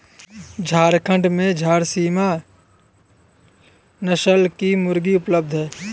झारखण्ड में झारसीम नस्ल की मुर्गियाँ उपलब्ध है